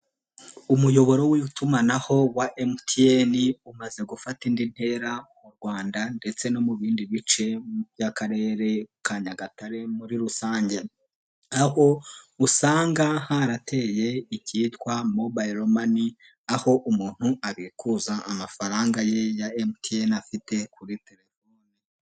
Mu muyoboro w'itumanaho wa emuteyeni umaze gufata indi ntera mu Rwanda ndetse no mu bindi bice by'Akarere ka Nyagatare muri rusange aho usanga harateye icyitwa mobile mani aho umuntu abikuza amafaranga ya emutiyeni afite kuri telefoni.